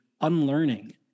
unlearning